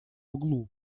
углу